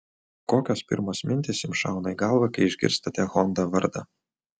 kokios pirmos mintys jums šauna į galvą kai išgirstate honda vardą